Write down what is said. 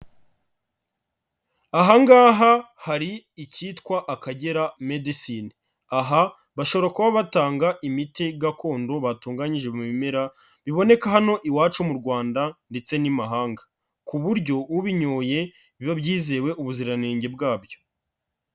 Aha ngaha hari icyitwa Akagera Medicine. Aha bashobora kuba batanga imiti gakondo batunganyije mu bimera biboneka hano iwacu mu Rwanda ndetse n'imahanga ku buryo ubinyoye biba byizewe ubuziranenge bwabyo.